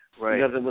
Right